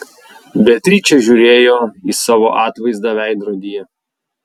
beatričė žiūrėjo į savo atvaizdą veidrodyje